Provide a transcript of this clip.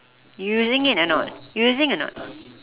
you using it or not you using or not